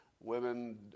women